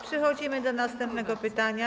Przechodzimy do następnego pytania.